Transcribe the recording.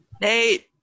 nate